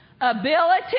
ability